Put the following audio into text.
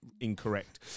incorrect